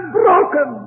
broken